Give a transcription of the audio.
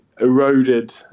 eroded